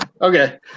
Okay